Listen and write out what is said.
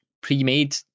pre-made